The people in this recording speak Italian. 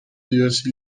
diversi